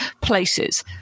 places